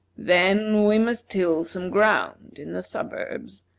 then we must till some ground in the suburbs,